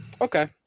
Okay